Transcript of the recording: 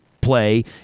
play